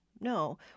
no